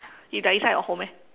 if they are inside your home eh